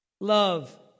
Love